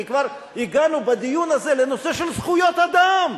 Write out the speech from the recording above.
כי כבר הגענו בדיון הזה לנושא של זכויות אדם,